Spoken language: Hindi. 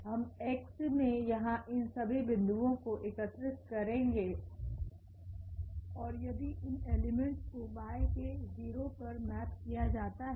हम X में यहाँ इन सभी बिंदुओं को एकत्रित करेगेऔर यदि इन एलिमेंट्स को Y के 0 पर मैप किया जाता है